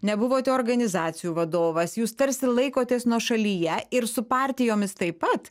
nebuvote organizacijų vadovas jūs tarsi laikotės nuošalyje ir su partijomis taip pat